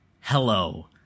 Hello